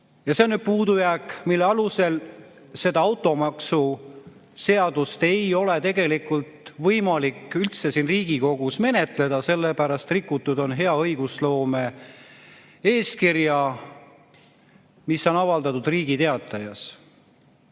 See on puudujääk, mille tõttu ei ole seda automaksuseadust tegelikult võimalik üldse Riigikogus menetleda, sellepärast et rikutud on hea õigusloome eeskirja, mis on avaldatud Riigi Teatajas.